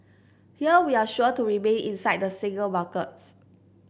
here we're sure to remain inside the single markets